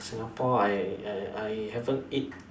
Singapore I I I haven't eat